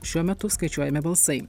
šiuo metu skaičiuojami balsai